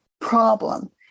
problem